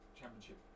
championship